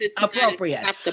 appropriate